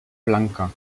blanca